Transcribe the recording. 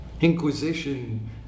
Inquisition